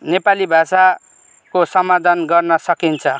नेपाली भाषाको सामाधान गर्न सकिन्छ